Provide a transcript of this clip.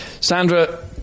Sandra